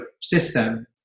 system